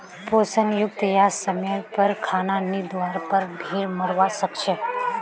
पोषण युक्त या समयर पर खाना नी दिवार पर भेड़ मोरवा सकछे